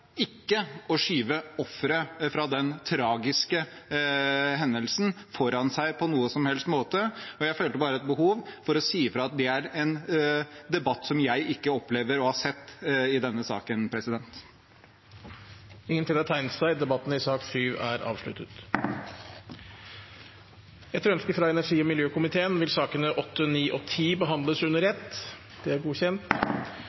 fra den tragiske hendelsen foran seg på noen som helst måte. Jeg følte bare behov for å si at det er ikke slik jeg opplever debatten i denne saken. Flere har ikke bedt om ordet til sak nr. 7. Etter ønske fra energi- og miljøkomiteen vil sakene nr. 8, 9 og 10 behandles under